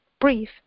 brief